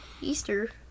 Easter